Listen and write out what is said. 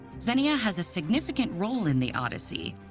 xenia has a significant role in the odyssey,